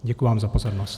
Děkuji vám za pozornost.